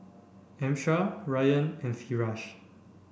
Amsyar Ryan and Firash